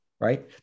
right